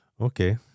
Okay